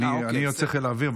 אני יוצא חיל האוויר,